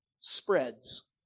spreads